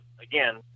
again